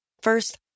First